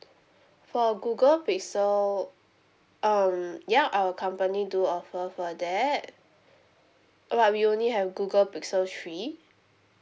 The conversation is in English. for google pixel um yup our company do offer for that but we only have google pixel three